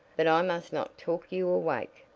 but i must not talk you awake.